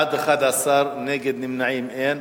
בעד, 11, נגד ונמנעים, אין.